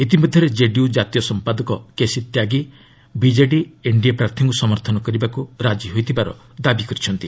ଇତିମଧ୍ୟରେ ଜେଡିୟୁ ଜାତୀୟ ସମ୍ପାଦକ କେସି ତ୍ୟାଗୀ ବିଜେଡି ଏନ୍ଡିଏ ପ୍ରାର୍ଥୀଙ୍କୁ ସମର୍ଥନ କରିବାକୁ ରାଜି ହୋଇଥିବାର ଦାବି କରିଛନ୍ତି